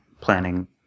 planning